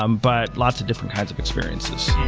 um but lots of different kinds of experiences.